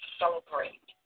celebrate